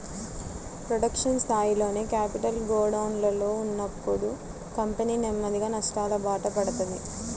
production స్థాయిలోనే capital గోడౌన్లలో ఉన్నప్పుడు కంపెనీ నెమ్మదిగా నష్టాలబాట పడతది